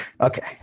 okay